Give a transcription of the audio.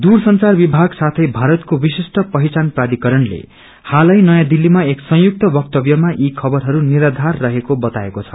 दूरसंचार विभाग साथे भारतको विशिष्ट पहिचान प्राधिकारणले आज नयाँ दिल्लीमा एक सुयुक्त वक्तव्यमा यी खबरहरू निराधार रहेको बताएको छ